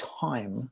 time